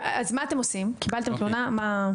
אז קיבלתם תלונה, מה אתם עושים?